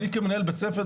אני כמנהל בית ספר,